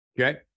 okay